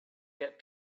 get